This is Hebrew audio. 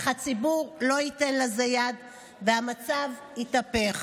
אך הציבור לא ייתן לזה יד והמצב יתהפך.